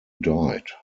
died